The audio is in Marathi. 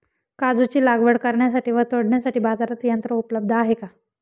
काजूची लागवड करण्यासाठी व तोडण्यासाठी बाजारात यंत्र उपलब्ध आहे का?